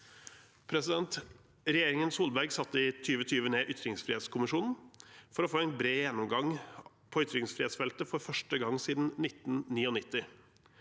friheten. Regjeringen Solberg satte i 2020 ned ytringsfrihetskommisjonen for å få en bred gjennomgang på ytringsfrihetsfeltet for første gang siden 1999.